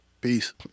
peace